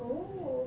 oh